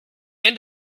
end